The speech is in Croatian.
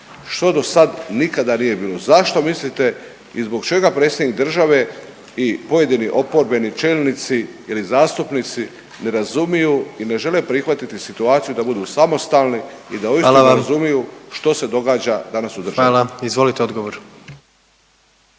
što do sad nikada nije bilo. Zašto mislite i zbog čega predsjednik države i pojedini oporbeni čelnici ili zastupnici ne razumiju i ne žele prihvatiti situaciju da budu samostalni i da uistinu … …/Upadica predsjednik: Hvala vam./… …